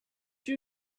you